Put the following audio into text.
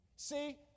See